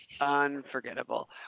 Unforgettable